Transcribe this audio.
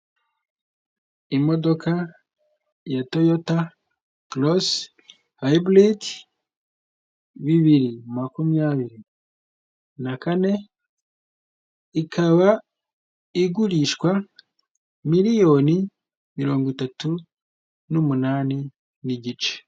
Imodoka ya Toyota korosi hayiburidi bibiri makumyabiri na kane, ikaba igurishwa miliyoni mirongo itatu n'umunani n'igice.